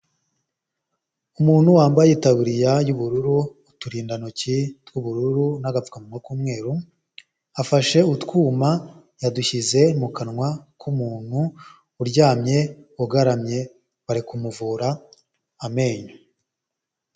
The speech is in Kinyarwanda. Umuntu wambaye itaburiya y'ubururu uturindantoki tw'ubururu n'agapfukamunwa k'umweru, afashe utwuma yadushyize mu kanwa k'umuntu uryamye ugaramye bari kumuvura amenyo.